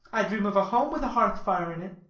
i dream of a home with a hearth-fire in it,